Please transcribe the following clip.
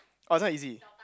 orh is not easy